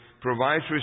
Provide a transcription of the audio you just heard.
provides